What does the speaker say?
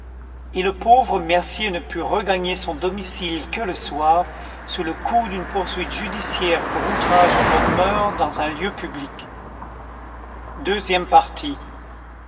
et le pauvre mercier ne put regagner son domicile que le soir sous le coup d'une poursuite judiciaire pour outrage aux bonnes moeurs dans un lieu public